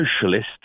socialists